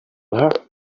her